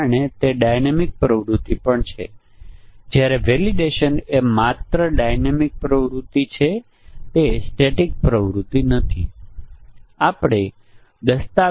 ચાલો સરળતા માટે ધારો કે આપણે ચકાસી શકીએ છીએ કે આપણે અહીં ઇનપુટ પરિમાણોના કોઈપણ સંભવિત સંયોજનો આપી શકીએ છીએ